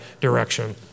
direction